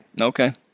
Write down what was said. Okay